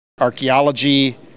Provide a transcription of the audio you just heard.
archaeology